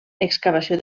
excavació